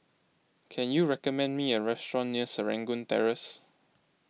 can you recommend me a restaurant near Serangoon Terrace